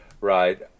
Right